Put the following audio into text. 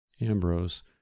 Ambrose